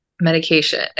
medication